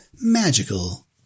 Magical